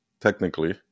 technically